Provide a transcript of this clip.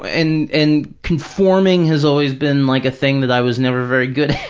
and and conforming has always been like a thing that i was never very good at.